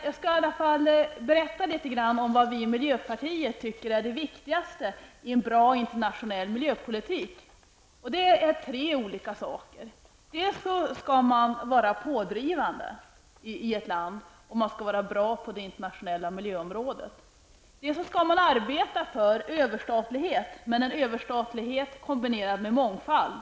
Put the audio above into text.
Jag skall i alla fall berätta litet om vad vi miljöpartiet tycker är det viktigaste i en bra internationell miljöpolitik. Det är tre olika saker. Dels skall man vara pådrivande i ett land om man skall vara bra på det internationella miljöområdet. Dels skall man arbeta för överstatlighet, men en överstatlighet kombinerad med mångfald.